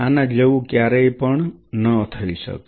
આના જેવું ક્યારેય પણ ન થઈ શકે